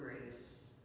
grace